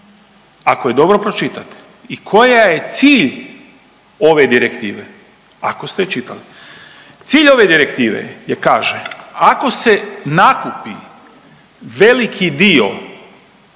ako je dobro pročitate i koja je cilj ove direktive ako ste je čitali. Cilj ove direktive je kaže, ako se nakupi veliki dio